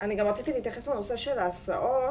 רציתי להתייחס לנושא של ההסעות.